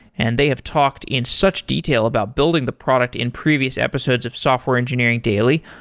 and they have talked in such detail about building the product in previous episodes of software engineering daily.